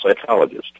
psychologist